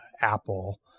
Apple